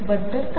बद्दल काय